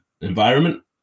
environment